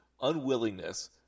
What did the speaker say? unwillingness